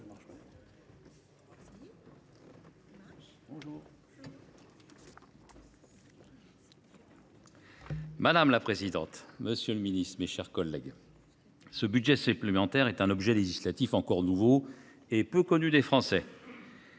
Madame la présidente, monsieur le ministre, mes chers collègues, ce budget supplémentaire est un objet législatif encore nouveau et peu connu des Français.